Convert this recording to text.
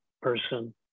person